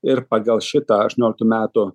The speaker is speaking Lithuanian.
ir pagal šitą aštuonioliktų metų